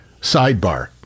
sidebar